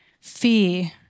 fear